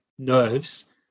nerves